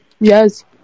Yes